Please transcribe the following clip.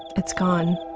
it's gone.